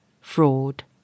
Fraud